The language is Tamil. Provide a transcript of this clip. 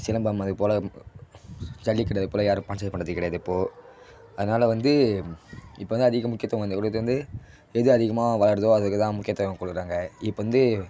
சிலம்பம் அது போல் ஜல்லிக்கட்டு அது போல் யாரும் ஸ்பான்ஸர் பண்ணுறதே கிடையாது இப்போது அதனால வந்து இப்போ தான் அதிக முக்கியத்துவம் வந்து கொடுக்கறது வந்து எது அதிகமாக வளருதோ அதுக்குத்தான் முக்கியத்துவம் கொடுக்குறாங்க இப்போ வந்து